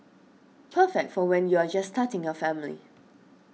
perfect for when you're just starting a family